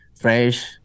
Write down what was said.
fresh